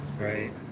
Right